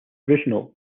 original